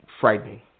Frightening